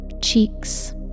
Cheeks